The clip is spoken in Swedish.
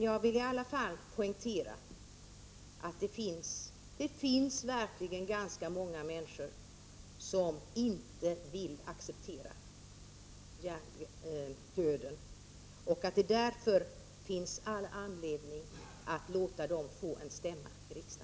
Jag vill i alla fall poängtera att det verkligen finns ganska många människor som inte vill acceptera begreppet hjärndöd. Därför finns det all anledning att låta dem få en stämma i riksdagen.